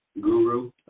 guru